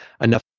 enough